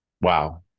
Wow